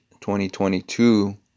2022